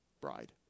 bride